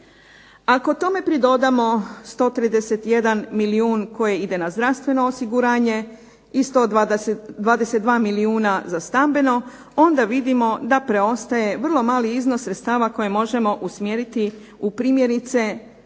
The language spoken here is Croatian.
Ako tome pridodamo 131 milijun koji ide na zdravstveno osiguranje i 122 milijuna za stambeno, onda vidimo da preostaje vrlo mali iznos sredstava koje možemo usmjeriti u primjerice